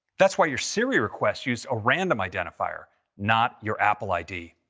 that's why your siri requests use a random identifier, not your apple id.